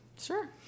Sure